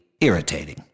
irritating